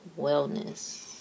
wellness